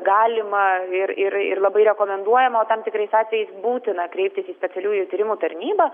galima ir ir ir labai rekomenduojama o tam tikrais atvejais būtina kreiptis į specialiųjų tyrimų tarnybą